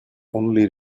only